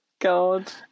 god